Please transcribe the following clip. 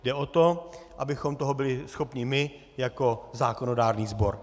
Jde o to, abychom toho byli schopni my jako zákonodárný sbor.